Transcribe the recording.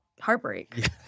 heartbreak